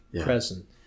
present